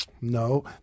no